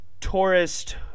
tourist